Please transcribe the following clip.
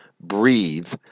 breathe